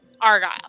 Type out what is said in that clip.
Argyle